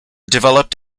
developed